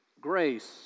grace